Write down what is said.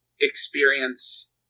experience